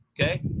okay